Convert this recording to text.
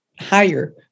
higher